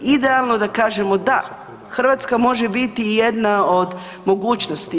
Idealno da kažemo, da, Hrvatska može biti i jedna od mogućnosti.